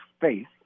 faith